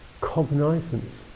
cognizance